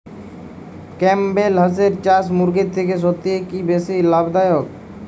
Campbell হাঁসের চাষ মুরগির থেকে সত্যিই কি বেশি লাভ দায়ক?